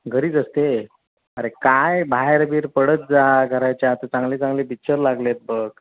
घरीच असते अरे काय बाहेर बीर पडत जा घराच्या आता चांगले चांगले पिच्चर लागले आहेत बघ